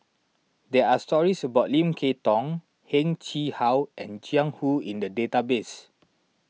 there are stories about Lim Kay Tong Heng Chee How and Jiang Hu in the database